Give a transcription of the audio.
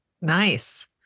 Nice